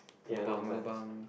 lobang lobang